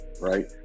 right